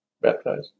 Baptized